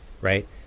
right